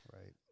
Right